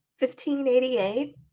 1588